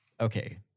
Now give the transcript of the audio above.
okay